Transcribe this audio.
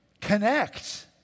connect